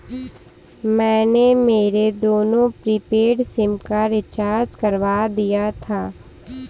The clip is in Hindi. मैंने मेरे दोनों प्रीपेड सिम का रिचार्ज करवा दिया था